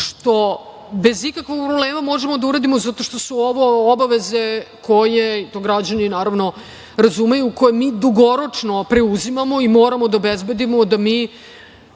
što bez ikakvog problema možemo da uradimo zato što su ovo obaveze koje i građani to razumeju, koje mi dugoročno preuzimamo i moramo da obezbedimo da